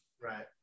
Right